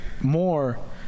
more